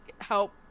help